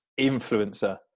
influencer